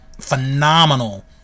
phenomenal